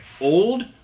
old